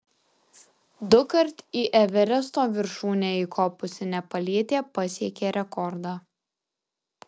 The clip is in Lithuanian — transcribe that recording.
dukart į everesto viršūnę įkopusi nepalietė pasiekė rekordą